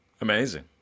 amazing